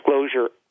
disclosure